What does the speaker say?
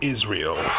Israel